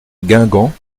guingamp